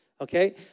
Okay